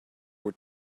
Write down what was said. were